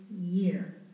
year